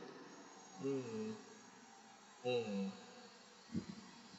mm mm